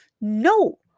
No